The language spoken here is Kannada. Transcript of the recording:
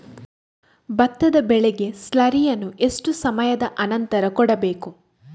ಭತ್ತದ ಬೆಳೆಗೆ ಸ್ಲಾರಿಯನು ಎಷ್ಟು ಸಮಯದ ಆನಂತರ ಕೊಡಬೇಕು?